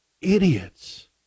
idiots